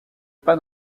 pas